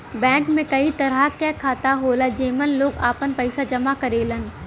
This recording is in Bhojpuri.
बैंक में कई तरह क खाता होला जेमन लोग आपन पइसा जमा करेलन